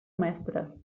mestres